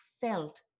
felt